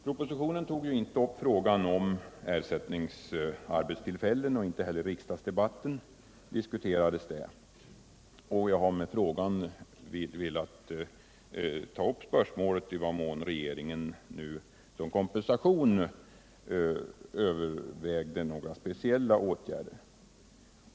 Propositionen tog ju inte upp frågan om arbetstillfällen som ersättning för bortfallet, och inte heller i debatten diskuterades detta. Jag har med min fråga velat ta upp spörsmålet i vad mån regeringen nu som kompensation övervägde några speciella åtgärder.